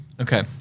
Okay